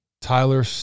Tyler